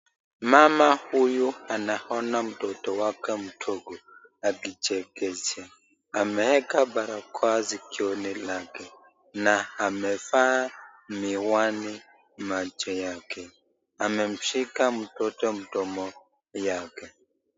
Mama huyu anaona mtoto wake mdogo akichekesha. Ameeka barakoa sikioni lake na amevaa miwani macho yake. Amemshika mtoto mdomo yake.